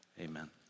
amen